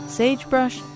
Sagebrush